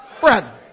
Brethren